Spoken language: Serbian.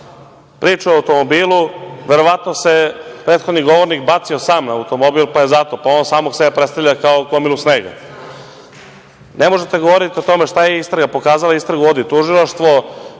Priča o automobilu, verovatno se prethodni govornik bacio sam na automobil, pa samog sebe predstavlja kao gomilu snega. Ne možete govoriti o tome šta je istraga pokazala. Istragu vodi Tužilaštvo.